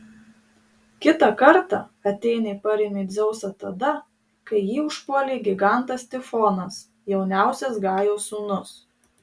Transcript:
kitą kartą atėnė parėmė dzeusą tada kai jį užpuolė gigantas tifonas jauniausias gajos sūnus